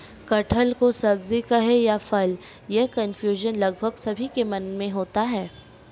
कटहल को सब्जी कहें या फल, यह कन्फ्यूजन लगभग सभी के मन में होता है